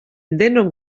denok